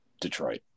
Detroit